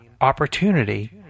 opportunity